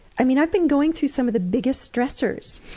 i mean, i've been going through some of the biggest stressors.